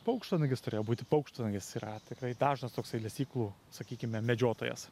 paukštvanagis turėjo būti paukštvanagis yra tikrai dažnas toksai lesyklų sakykime medžiotojas